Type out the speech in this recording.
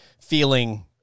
feeling